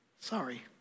sorry